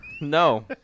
no